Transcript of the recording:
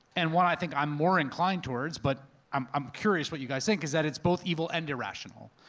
and one i think i'm more inclined towards, but i'm i'm curious what you guys think, is that it's both evil and irrational.